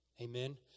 Amen